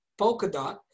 Polkadot